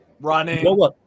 running